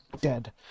dead